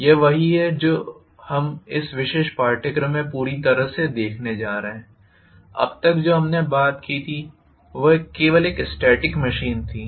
यह वही है जो हम इस विशेष पाठ्यक्रम में पूरी तरह से देखने जा रहे हैं अब तक जो हमने बात की थी वह केवल एक स्टेटिक मशीन थी